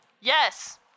Yes